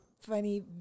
funny